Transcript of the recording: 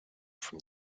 from